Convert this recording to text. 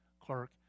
clerk